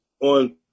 on